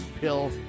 Pill